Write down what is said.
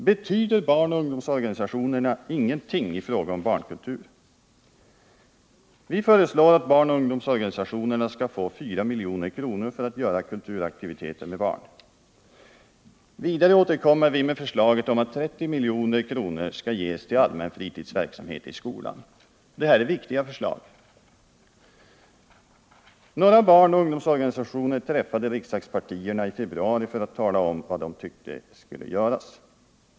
Betyder barnoch ungdomsorganisationer ingenting i fråga om barnkultur? Vi föreslår att barnoch ungdomsorganisationerna skall få 4 milj.kr. för att göra kulturaktiviteter med barn. Vidare återkommer vi med förslaget om att 30 milj.kr. skall ges till allmän fritidsverksamhet i skolan. Det här är viktiga förslag. Några barnoch ungdomsorganisationer träffade riksdagspartierna i februari för att tala om vad de tycker skall göras.